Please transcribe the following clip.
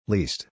Least